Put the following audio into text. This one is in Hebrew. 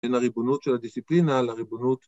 ‫בין הריבונות של הדיסציפלינה ‫לריבונות...